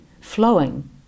flowing